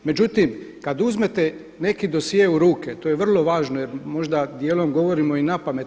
Međutim, kad uzmete neki dosje u ruke to je vrlo važno, jer možda dijelom govorimo i na pamet.